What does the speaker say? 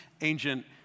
ancient